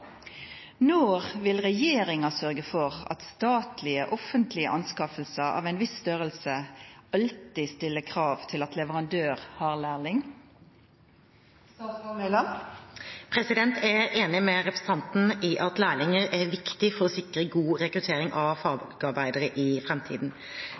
Når vil regjeringen sørge for at statlige offentlige anskaffelser av en viss størrelse alltid stiller krav til at leverandør har lærling?» Jeg er enig med representanten i at lærlinger er viktig for å sikre god rekruttering av